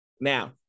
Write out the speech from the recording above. Now